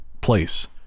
place